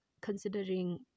considering